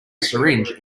syringe